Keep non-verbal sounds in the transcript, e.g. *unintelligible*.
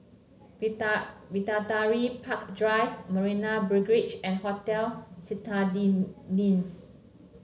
*unintelligible* Bidadari Park Drive Marina Barrage and Hotel *unintelligible*